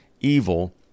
evil